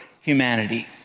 humanity